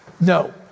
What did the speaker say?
No